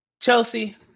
Chelsea